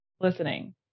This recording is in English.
listening